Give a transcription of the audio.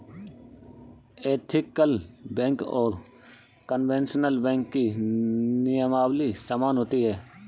ethical bank और conventional bank की नियमावली समान होती है